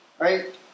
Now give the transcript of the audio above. Right